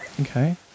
okay